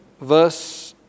verse